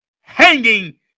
hanging